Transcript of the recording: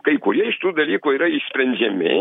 kai kurie iš tų dalykų yra išsprendžiami